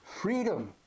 Freedom